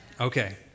Okay